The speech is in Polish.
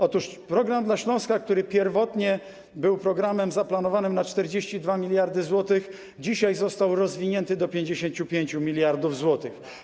Otóż „Program dla Śląska”, który pierwotnie był programem zaplanowanym na 42 mld zł, dzisiaj został rozwinięty do 55 mld zł.